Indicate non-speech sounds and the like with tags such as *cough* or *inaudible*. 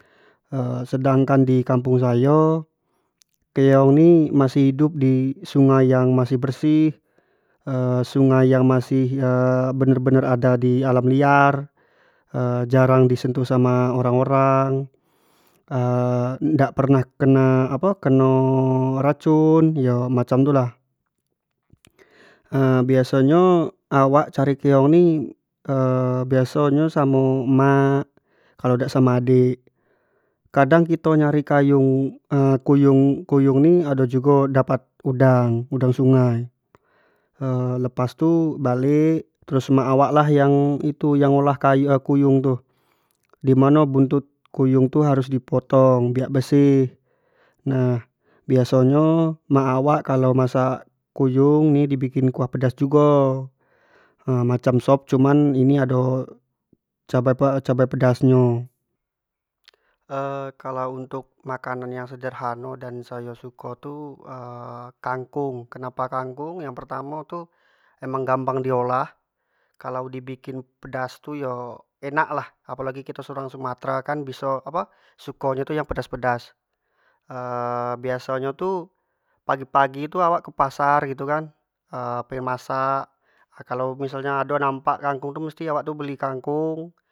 *hesitation* sedangkandi kampung sayo, keong ni masih hidup di sungai yang masih bersih *hesitation* sungai yang masih *hesitation* benar-benar ada di alam liar *hesitation* jarang di sentuh sama orang-orang *hesitation* dak pernah keno apo keno racun yo macam tu lah *hesitation* biaso nyo awak cari keong ni *hesitation* biaso nyo samo emak, kalau dak samo adik, kadang kito nyari kayung *hesitation* kuyung ni ado jugo dapat udang-udang sungai *hesitation* lepas tu balek terus emak awak lah yang itu yang ngolah kayu *hesitation* kuyung tu, dimano buntut kuyung tu harus di potong biak bersih nah biaso nyo emak awak kalo masak kuyung ni di bikin kuah pedas jugo macam sop cuma ini ado cabai-cabai pedas nyo *hesitation* kalau untuk makanan yang sederhano dan sayo suko tu kangkong, kenapa kangkong yang pertamo tu emang gampang di olah kalau di bikin pedas tu yo enak lah apo lagi kito orang sumatera kan biso apo suko nyo tu yang pedas-pedas, *hesitation* biaso nyo tu pagi-pagi tu awak kepasar gitu kan *hesitation* penegen masak kalau missal nyo ado nampak kangkong tu musti nyo beli kangkong.